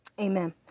Amen